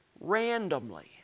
randomly